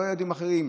לא ילדים אחרים,